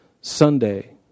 Sunday